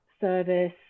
service